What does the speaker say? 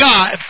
God